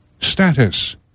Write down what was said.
status